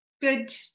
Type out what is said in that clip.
good